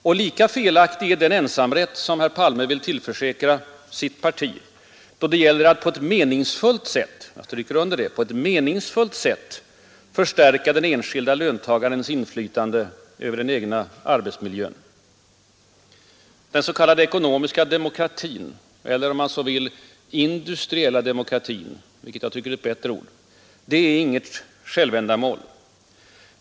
Och lika felaktig är den ensamrätt som herr Palme vill tillförsäkra sitt parti, då det gäller att på ett meningsfullt sätt, jag understryker det ordet, förstärka den enskilde löntagarens inflytande över den egna arbetsmiljön. Den s.k. ekonomiska demokratin — eller, om man så vill, den industriella demokratin, som jag tycker är ett bättre ord — är inget självändamål.